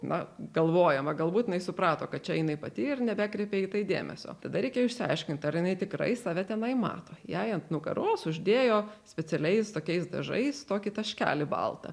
na galvojama galbūt jinai suprato kad čia jinai pati ir nebekreipė į tai dėmesio tada reikia išsiaiškint ar jinai tikrai save tenai mato jai ant nugaros uždėjo specialiais tokiais dažais tokį taškelį baltą